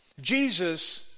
Jesus